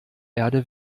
erde